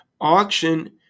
auction